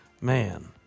Man